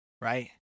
right